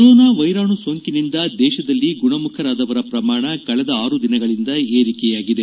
corona ವೈರಾಣು ಸೋಂಕಿನಿಂದ ದೇಶದಲ್ಲಿ ಗುಣಮುಖರಾದವರ ಪ್ರಮಾಣ ಕಳೆದ ಆರು ದಿನಗಳಿಂದ ಏರಿಕೆಯಾಗಿದೆ